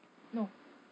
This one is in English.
no